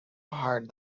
hired